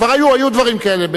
כבר היו דברים כאלה.